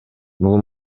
бул